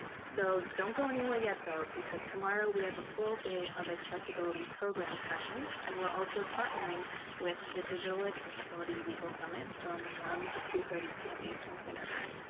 so don't go anywhere yet, though, because tomorrow we have a full day of accessibility program sessions. and we're also partnering with the digital accessibility legal summit from one zero to two thirty pm eastern standard time.